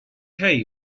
hay